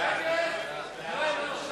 סעיפים 1 24